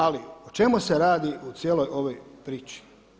Ali o čemu se radi u cijeloj ovoj priči?